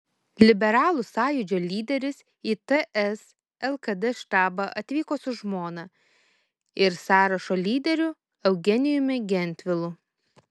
liberalų sąjūdžio lyderis į ts lkd štabą atvyko su žmona ir sąrašo lyderiu eugenijumi gentvilu